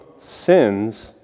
sins